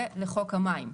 ולחוק המים,